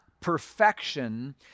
perfection